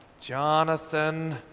Jonathan